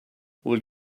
will